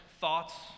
thoughts